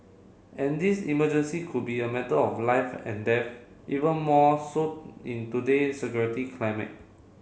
and this emergency could be a matter of life and death even more so in today security climate